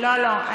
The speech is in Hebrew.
לא, לא.